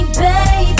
baby